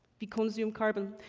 we consume carbon,